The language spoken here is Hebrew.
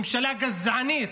ממשלה גזענית.